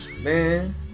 man